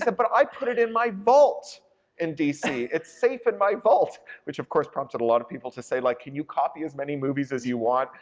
ah but i put it in my vault in d c. it's safe in my vault. which of course prompted a lot of people to say, like, can you copy as many movies as you want,